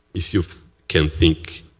if you can think,